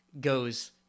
goes